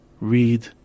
read